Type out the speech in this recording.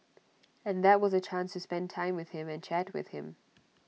and that was A chance to spend time with him and chat with him